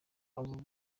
abo